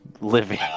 living